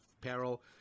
peril